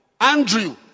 Andrew